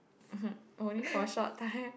only for a short time